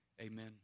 Amen